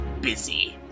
busy